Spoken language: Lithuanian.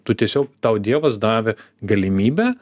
tu tiesiog tau dievas davė galimybę